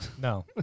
No